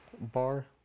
bar